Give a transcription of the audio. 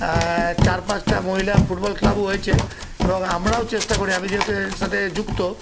চার পাঁচটা মহিলা ফুটবল ক্লাবও হয়েছে এবং আমরাও চেষ্টা করি আমি যাদের সাথে যুক্ত